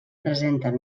presenten